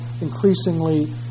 increasingly